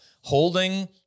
holding